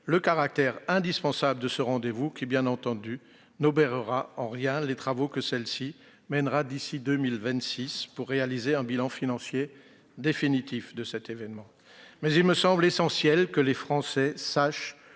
le caractère indispensable de ce rendez-vous qui, bien entendu, n'obérera en rien les travaux que celle-ci mènera d'ici à 2026 pour réaliser un bilan financier définitif de cet événement. Il me paraît toutefois essentiel que les Français sachent